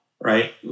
right